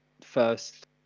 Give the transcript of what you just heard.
first